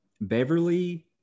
Beverly